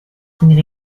nelle